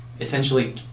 essentially